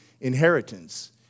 inheritance